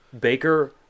Baker